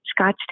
Scottsdale